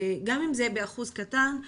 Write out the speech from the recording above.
גם אם זה באחוז קטן,